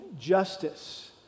justice